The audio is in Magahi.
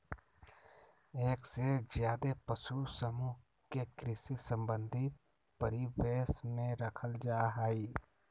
एक से ज्यादे पशु समूह के कृषि संबंधी परिवेश में रखल जा हई